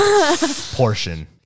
portion